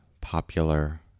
popular